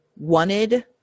wanted